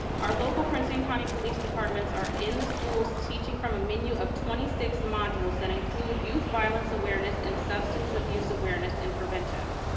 our local prince william county police departments are in the schools teaching from a menu of twenty six modules that include youth violence awareness and substance abuse awareness and prevention.